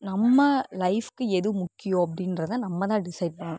நம்ம லைஃப்க்கு எது முக்கியம் அப்படின்றத நம்ம தான் டிசைட் பண்ணணும்